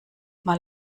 mal